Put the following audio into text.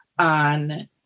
on